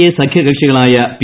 A സഖ്യകക്ഷികളായ P